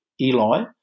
Eli